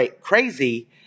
crazy